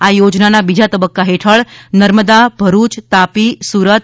આ યોજનાનાં બીજા તબક્કા હેઠળ નર્મદા ભરૃચ તાપી સુરત